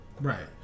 right